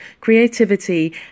creativity